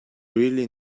really